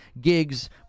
gigs